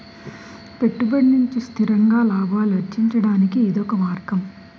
పెట్టుబడి నుంచి స్థిరంగా లాభాలు అర్జించడానికి ఇదొక మార్గం